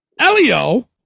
Elio